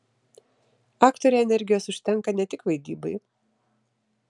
aktorei energijos užtenka ne tik vaidybai